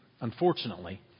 unfortunately